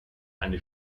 eine